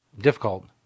difficult